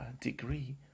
degree